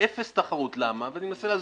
אפס תחרות, למה?